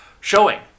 showing